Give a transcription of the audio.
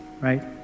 right